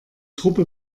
truppe